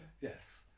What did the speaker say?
Yes